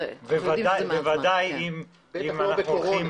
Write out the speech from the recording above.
בוודאי אם אנחנו הולכים